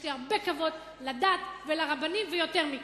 יש לי הרבה כבוד לדת ולרבנים, ויותר מכך,